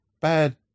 bad